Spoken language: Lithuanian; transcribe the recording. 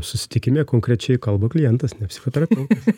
susitikime konkrečiai kalba klientas ne psichoterapeutas